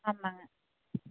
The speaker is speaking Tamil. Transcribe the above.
ஆமாங்க